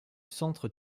centre